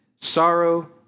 sorrow